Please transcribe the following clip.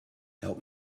help